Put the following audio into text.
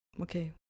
okay